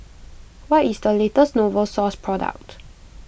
what is the latest Novosource product